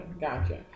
Gotcha